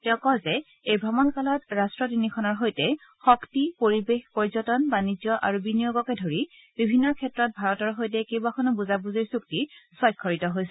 তেওঁ কয় যে এই ভ্ৰমণ কালত ৰট্ট তিনিখনৰ সৈতে শক্তি পৰিৱেশ পৰ্যটন বাণিজ্য আৰু বিনিয়োগকে ধৰি বিভিন্ন ক্ষেত্ৰত ভাৰতৰ সৈতে কেইবাখনো বুজাবুজিৰ চুক্তি স্বাক্ষৰিত হৈছে